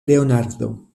leonardo